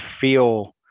feel